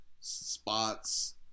spots